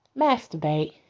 masturbate